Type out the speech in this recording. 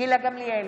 גילה גמליאל,